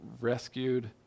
rescued